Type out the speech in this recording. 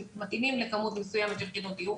שמתאימים לכמות מסוימת של יחידות דיור.